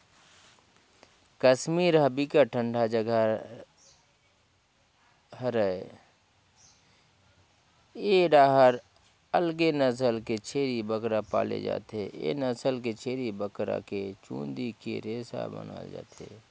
कस्मीर ह बिकट ठंडा जघा हरय ए डाहर अलगे नसल के छेरी बोकरा पाले जाथे, ए नसल के छेरी बोकरा के चूंदी के रेसा बनाल जाथे